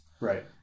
Right